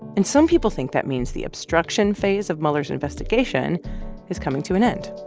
and some people think that means the obstruction phase of mueller's investigation is coming to an end.